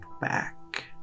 back